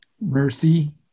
mercy